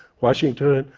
washington,